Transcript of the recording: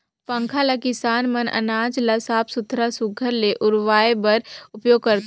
पंखा ल किसान मन अनाज ल साफ सुथरा सुग्घर ले उड़वाए बर उपियोग करथे